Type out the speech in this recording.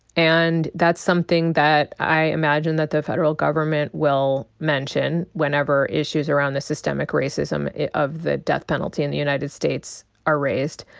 and that's something that i imagine that the federal government will mention whenever issues around the systemic racism of the death penalty in the united states are raised.